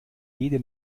jede